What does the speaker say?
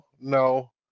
no